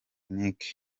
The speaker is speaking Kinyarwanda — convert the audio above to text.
nic